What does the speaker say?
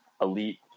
elite